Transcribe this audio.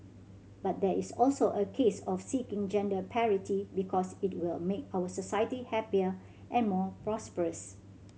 but there is also a case of seeking gender parity because it will make our society happier and more prosperous